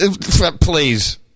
please